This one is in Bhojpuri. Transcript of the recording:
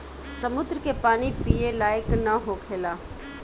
समुंद्र के पानी पिए लायक ना होखेला